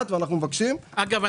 אגב,